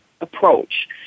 approach